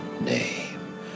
name